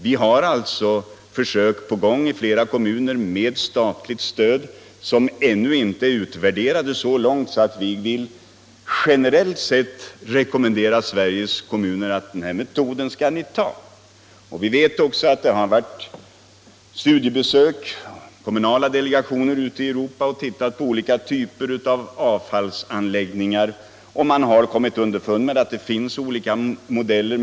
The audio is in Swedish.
Vi har i flera kommuner försök på gång med statligt stöd som ännu inte är utvärderade så långt att vi vill generellt rekommendera Sveriges kommuner just den metoden. Vi vet också att kommunala delegationer har varit på studiebesök ute i Europa och tittat på olika typer av avfallsanläggningar. Man har kommit underfund med att det finns olika modeller.